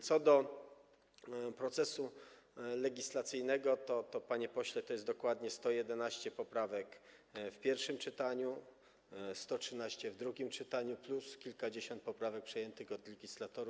Co do procesu legislacyjnego, to, panie pośle, jest dokładnie 111 poprawek w pierwszym czytaniu, 113 w drugim czytaniu plus kilkadziesiąt poprawek przejętych od legislatorów.